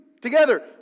Together